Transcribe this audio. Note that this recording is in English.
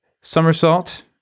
somersault